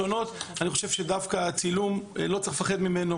דווקא בגלל זה אני חושב שלא צריך לפחד מהצילום.